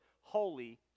Holy